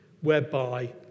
whereby